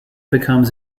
becomes